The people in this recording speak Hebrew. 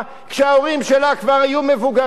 כשההורים שלה כבר יהיו מבוגרים?